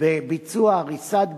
בביצוע הריסת בתים,